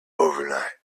overnight